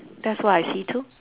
that's what I see too